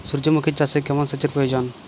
সূর্যমুখি চাষে কেমন সেচের প্রয়োজন?